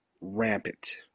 rampant